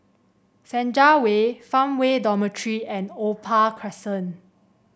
Senja Way Farmway Dormitory and Opal Crescent